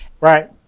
right